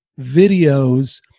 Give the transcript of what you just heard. videos